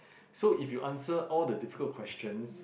so if you answer all the difficult questions